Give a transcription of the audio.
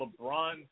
LeBron